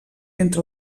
entre